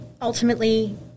ultimately